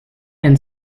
and